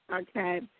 Okay